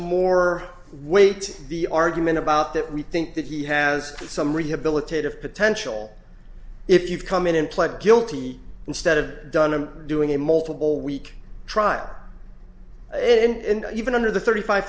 more weight the argument about that we think that he has some rehabilitative potential if you've come in and pled guilty instead of done and doing a multiple week trial and even under the thirty five